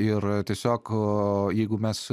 ir tiesiog jeigu mes